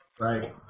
Right